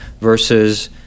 versus